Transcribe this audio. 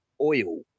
oil